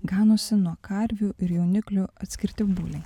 ganosi nuo karvių ir jauniklių atskirti buliai